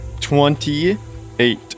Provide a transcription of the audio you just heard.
Twenty-eight